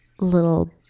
little